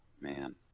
Man